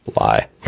lie